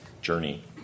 journey